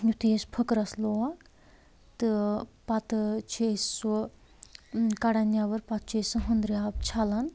یُتھُے اَسہِ پھٕکرَس لوگ تہٕ پَتہٕ چھِ أسۍ سُہ کَڑان نٮ۪بَر پَتہٕ چھِ أسۍ سُہ ہوٚنٛدرِ آبہٕ چھَلان